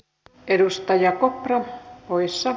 kok edustaja ohran puissa